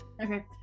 Okay